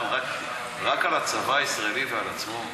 רק על הצבא הישראלי ועל עצמו?